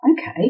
okay